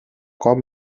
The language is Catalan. cop